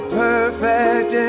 perfect